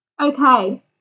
Okay